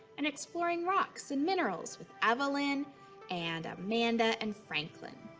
and exploring rocks and minerals with evelyn and amanda and franklin.